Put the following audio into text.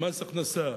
מס הכנסה,